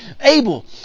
Abel